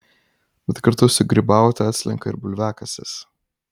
bet kartu su grybaute atslenka ir bulviakasis